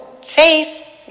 Faith